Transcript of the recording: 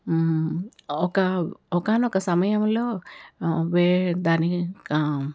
ఒక ఒకానొక సమయంలో వే దాని యొక్క